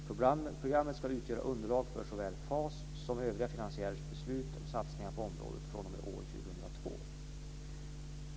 Programmet ska utgöra underlag för såväl FAS som övriga finansiärers beslut om satsningar på området fr.o.m. år 2002.